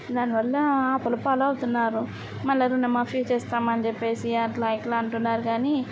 దాని వల్ల అప్పుల పాలవుతున్నారు మళ్ళీ ఋణమాఫీ ఇచ్చేస్తామని చెప్పేసి అట్లా ఇట్లా అంటున్నారు కానీ